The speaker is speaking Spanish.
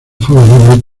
favorable